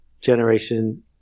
generation